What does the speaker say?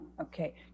Okay